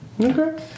Okay